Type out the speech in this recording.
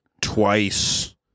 twice